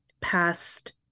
past